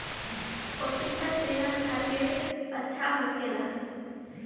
पपिता सेहत खातिर अच्छा होखेला